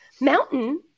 mountain